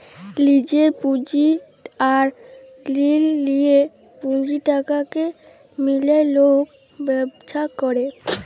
লিজের পুঁজি আর ঋল লিঁয়ে পুঁজিটাকে মিলায় লক ব্যবছা ক্যরে